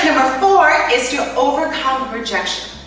four, is to ah overcome rejection.